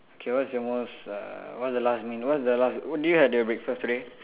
okay what's your most uh what's the last meal what's the last did you had your breakfast today